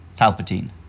Palpatine